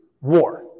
war